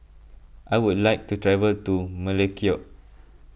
I would like to travel to Melekeok